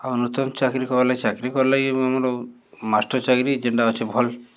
ଆଉ ନୂତନ୍ ଚାକିରି କରାଗ ଚାକିରି କରଲାଗି ଆମର୍ ମାଷ୍ଟର୍ ଚାକ୍ରି ଯେନ୍ଟା ଅଛେ ଭଲ୍